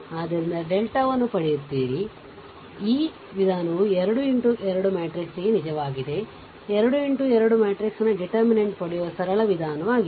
ಆದ್ದರಿಂದ ಡೆಲ್ಟಾ ವನ್ನು ಪಡೆಯುತ್ತೀರಿ ಆದ್ದರಿಂದ ಈ ವಿಧಾನವು 2 X2 ಮ್ಯಾಟ್ರಿಕ್ಸ್ಗೆ ನಿಜವಾಗಿದೆ ಇದು 2 x 2 ಮ್ಯಾಟ್ರಿಕ್ಸ್ನ ಡಿಟರ್ಮಿನೆಂಟ್ ಪಡೆಯುವ ಸರಳ ವಿಧಾನವಾಗಿದೆ